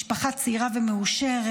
משפחה צעירה ומאושרת.